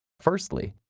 firstly,